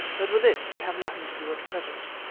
but with this we have nothing to do at present.